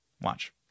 Watch